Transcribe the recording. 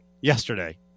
yesterday